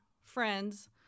friends